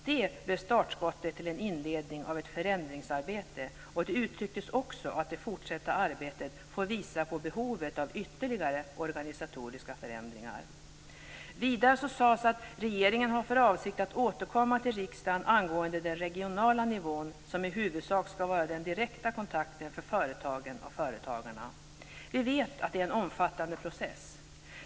Det blev startskottet till en inledning av ett förändringsarbete, och det uttrycktes också att det fortsatta arbetet får visa på behovet av ytterligare organisatoriska förändringar. Vidare sades att regeringen har för avsikt att återkomma till riksdagen angående den regionala nivån, som i huvudsak ska vara den direkta kontakten för företagen och företagarna. Vi vet att det är en omfattande process.